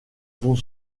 vont